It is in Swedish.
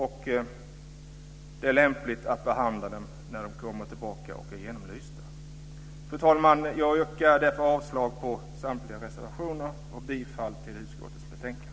Det är lämpligt att behandla dem när de kommer tillbaka och är genomlysta. Fru talman! Jag yrkar därför avslag på samtliga reservationer och bifall till hemställan i utskottets betänkande.